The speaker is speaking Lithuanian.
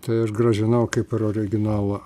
tai aš grąžinau kaip ir originalą